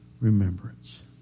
remembrance